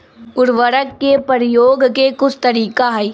उरवरक के परयोग के कुछ तरीका हई